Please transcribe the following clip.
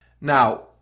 Now